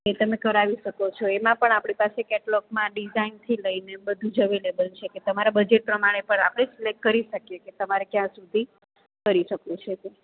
એ તમે કરાવી શકો છો એમાં પણ આપણી પાસે કેટલૉગમાં ડિઝાઈનથી લઈને બધું જ અવેલેબલ છે કે તમારાં બજેટ પ્રમાણે પણ આપણે સિલેકટ કરી શકીએ કે તમારે ક્યાં સુધી કરી શકવું છે તે